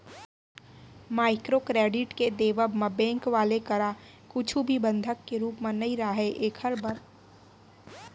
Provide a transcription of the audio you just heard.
micro credit के देवब म बेंक वाले करा कुछु भी बंधक के रुप म नइ राहय ऐखर बर